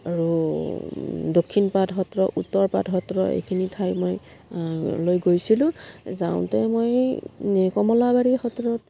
আৰু দক্ষিণপাট সত্ৰ উত্তৰপাট সত্ৰ এইখিনি ঠাই মই লৈ গৈছিলোঁ যাওঁতে মই এই কমলাবাৰী সত্ৰত